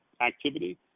activity